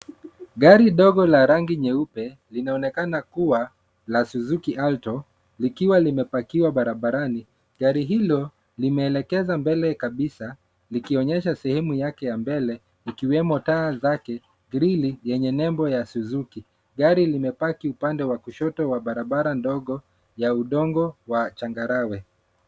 Gari dogo la rangi nyeupe, linaonekana kuwa la Suzuki alto likiwa limepakiwa barabarani. Gari hilo, limeelekeza mbele kabisa likionyesha sehemu yake ya mbele ikiwemo taa zake, grili yenye nembo ya Suzuki. Gari limepaki upande wa kushoto wa barabara ndogo ya udongo wa changarawe.